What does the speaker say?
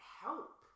help